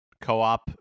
co-op